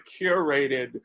curated